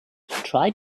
try